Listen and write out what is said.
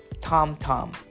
tom-tom